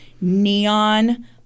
neon